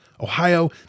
Ohio